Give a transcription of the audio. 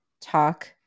talk